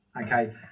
Okay